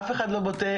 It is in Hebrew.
אף אחד לא בודק,